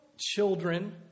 children